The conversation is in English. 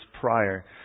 prior